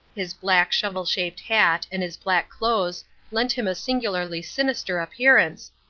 his black shovel-shaped hat and his black clothes lent him a singularly sinister appearance,